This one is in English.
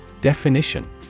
Definition